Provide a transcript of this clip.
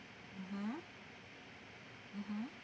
mmhmm mmhmm